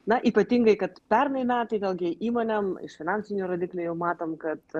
na ypatingai kad pernai metai vėlgi įmonėm iš finansinių rodiklių jau matom kad